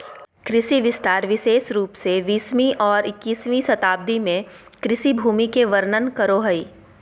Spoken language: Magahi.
कृषि विस्तार विशेष रूप से बीसवीं और इक्कीसवीं शताब्दी में कृषि भूमि के वर्णन करो हइ